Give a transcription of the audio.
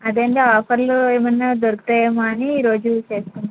అదేండి ఆఫర్లు ఏమన్నా దొరుకుతాయేమో అని ఈ రోజు చేసుకుందామని